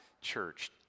church